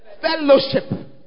Fellowship